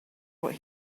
what